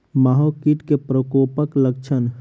माहो कीट केँ प्रकोपक लक्षण?